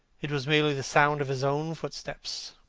it was merely the sound of his own footsteps.